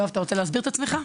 יואב, אתה רוצה להסביר את עצמך?